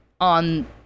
on